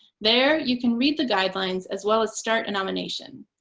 there, you can read the guidelines as well as start a nomination.